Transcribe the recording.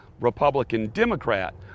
Republican-Democrat